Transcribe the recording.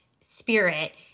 spirit